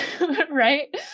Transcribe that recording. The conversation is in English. right